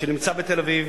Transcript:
שנמצא בתל-אביב,